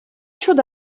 should